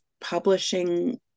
publishing